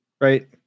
Right